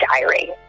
diary